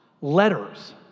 letters